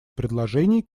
предложений